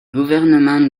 gouvernements